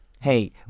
hey